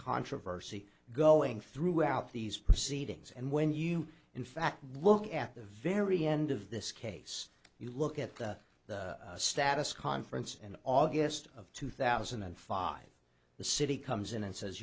controversy going throughout these proceedings and when you in fact look at the very end of this case you look at the status conference and august of two thousand and five the city comes in and says